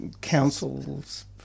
Councils